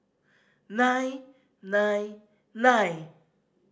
nine nine nine